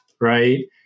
right